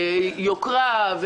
יוקרה.